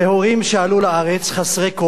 לארץ חסרי כול